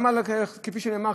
כפי שנאמר,